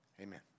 Amen